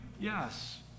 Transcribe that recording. Yes